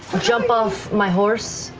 jump off my horse?